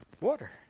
water